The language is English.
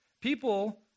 People